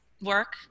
work